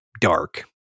dark